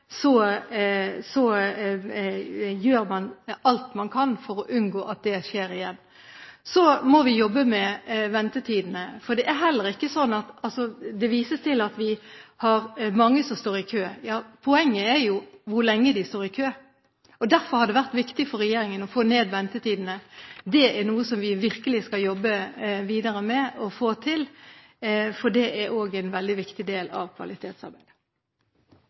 gjør man alt man kan for å unngå at det skjer igjen. Så må vi jobbe med ventetidene. Det vises til at vi har mange som står i kø. Poenget er jo hvor lenge de står i kø. Derfor har det vært viktig for regjeringen å få ned ventetidene. Det er noe vi virkelig skal jobbe videre med, og få til, for det er også en veldig viktig del av kvalitetsarbeidet.